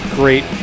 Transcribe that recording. great